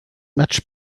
much